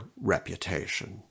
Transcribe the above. reputation